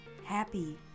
happy